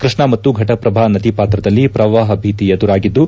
ಕೃಷ್ಣಾ ಮತ್ತು ಫಟಪ್ರಭಾ ನದಿಪಾತ್ರದಲ್ಲಿ ಪ್ರವಾಹ ಭೀತಿ ಎದುರಾಗಿದ್ದು